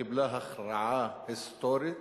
קיבלה הכרעה היסטורית